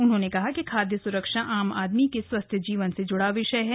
उन्होंने कहा कि खाद्य सुरक्षा आम आदमी के स्वस्थ जीवन से जुड़ा विषय है